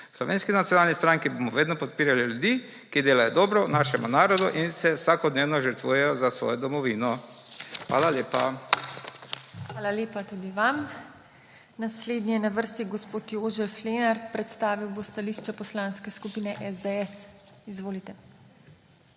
Slovenski nacionalni stranki bomo vedno podpirali ljudi, ki delajo dobro našemu narodu in se vsakodnevno žrtvujejo za svojo domovino. Hvala lepa. PODPREDSEDNICA TINA HEFERLE: Hvala lepa tudi vam. Naslednji je na vrsti gospod Jožef Lenart, predstavil bo stališče Poslanske skupine SDS. Izvolite.